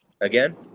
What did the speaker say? Again